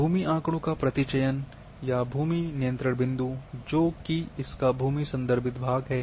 भूमि आंकड़ों का प्रतिचयन या भूमि नियंत्रण बिंदु जो कि इसका भूमि संदर्भित भाग है